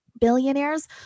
billionaires